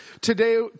Today